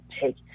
take